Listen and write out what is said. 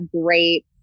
great